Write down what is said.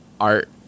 art